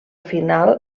final